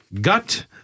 Gut